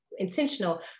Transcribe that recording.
Intentional